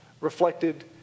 reflected